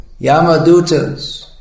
Yamadutas